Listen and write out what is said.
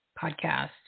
podcast